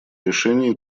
решении